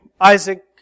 Isaac